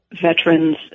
veterans